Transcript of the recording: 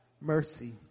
Mercy